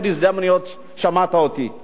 ובהרבה מאוד מקומות: